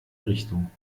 richtung